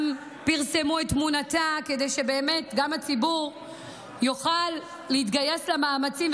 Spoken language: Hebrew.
גם פרסמו את תמונתה כדי שבאמת גם הציבור יוכל להתגייס למאמצים,